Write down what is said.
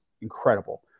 incredible